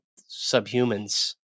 subhumans